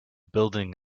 building